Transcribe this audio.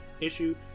issue